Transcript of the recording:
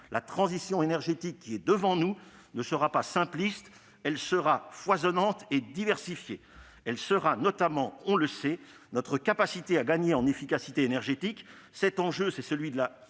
La transition énergétique qui est devant nous ne sera pas simpliste, mais foisonnante et diversifiée. Elle sera notamment, on le sait, fonction de notre capacité à gagner en efficacité énergétique. Cet enjeu, c'est celui de la